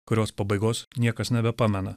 kurios pabaigos niekas nebepamena